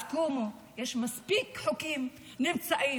אז קומו, יש מספיק חוקים בנמצא.